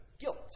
guilt